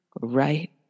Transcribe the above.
Right